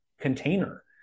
container